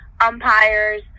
umpires